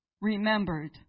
remembered